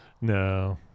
No